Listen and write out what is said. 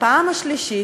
בפעם השלישית,